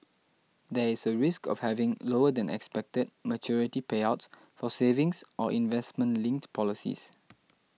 there is a risk of having lower than expected maturity payouts for savings or investment linked policies